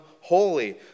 holy